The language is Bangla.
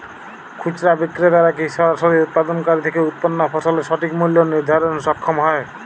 খুচরা বিক্রেতারা কী সরাসরি উৎপাদনকারী থেকে উৎপন্ন ফসলের সঠিক মূল্য নির্ধারণে সক্ষম হয়?